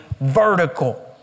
vertical